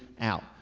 out